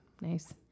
Nice